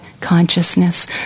consciousness